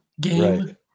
game